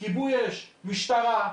כיבוי אש, משטרה,